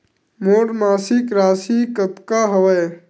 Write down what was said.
मोर मासिक राशि कतका हवय?